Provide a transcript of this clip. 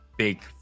big